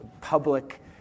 public